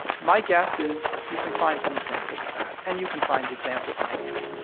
my guess is you can find some examples of that, and you can find examples in history.